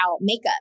makeup